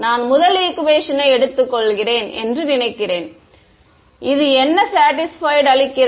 நான் முதல் ஈக்குவேஷனை எடுத்துக்கொள்கிறேன் என்று நினைக்கிறேன் இது என்ன சேடிஸ்பைட் அளிக்கிறது